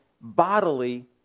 bodily